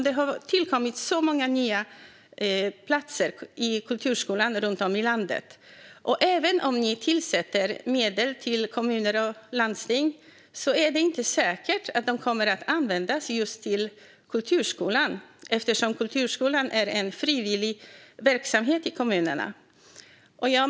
Det har tillkommit många nya platser i kulturskolan runt om i landet, och även om ni avsätter medel till kommuner och landsting är det inte säkert att de kommer att användas till just kulturskolan eftersom kulturskolan är en frivillig verksamhet i kommunerna.